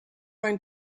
going